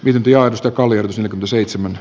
lydia joka oli seitsemän